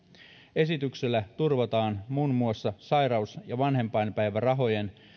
esityksellä turvataan muun muassa sairaus ja vanhempainpäivärahojen